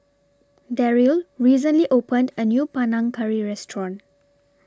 Daryl recently opened A New Panang Curry Restaurant